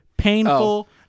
Painful